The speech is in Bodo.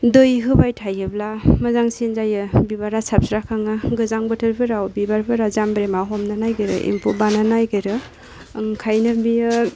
दै होबाय थायोब्ला मोजांसिन जायो बिबारा साबस्रा खाङो गोजां बोथोरफोराव बिबारफ्रा जामब्रेमा हमनो नागिरो एम्फौ बानो नागिरो ओंखायनो बियो